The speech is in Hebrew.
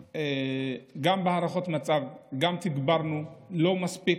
גם בהערכות מצב, גם תגברנו, לא מספיק.